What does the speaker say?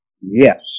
Yes